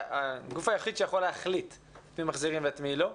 הגוף היחיד שיכול להחליט את מי מחזירים ואת מי לא,